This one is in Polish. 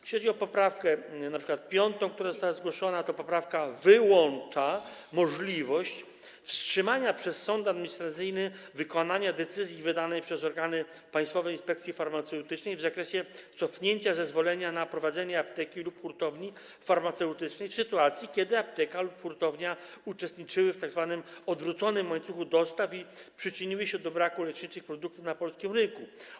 Jeśli chodzi np. o poprawkę 5., która została zgłoszona, to ta poprawka wyłącza możliwość wstrzymania przez sąd administracyjny wykonania decyzji wydanej przez organy Państwowej Inspekcji Farmaceutycznej w zakresie cofnięcia zezwolenia na prowadzenie apteki lub hurtowni farmaceutycznej w sytuacji, kiedy apteka lub hurtowania uczestniczyły w tzw. odwróconym łańcuchu dostaw i przyczyniły się do braku leczniczych produktów na polskim rynku.